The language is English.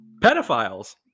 Pedophiles